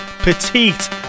petite